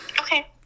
Okay